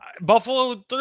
Buffalo